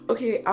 Okay